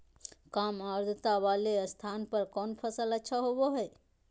काम आद्रता वाले स्थान पर कौन फसल अच्छा होबो हाई?